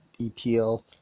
EPL